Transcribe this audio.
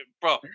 bro